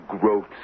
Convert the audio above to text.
growth